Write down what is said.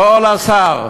הכול לשר.